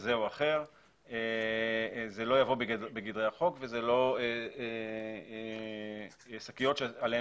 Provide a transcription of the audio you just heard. כזה או אחר זה לא יבוא בגדרי החוק וזה לא שקיות שעליהן